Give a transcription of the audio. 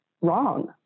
wrong